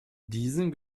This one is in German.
diesen